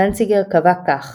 דנציגר קבע כך